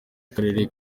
akarere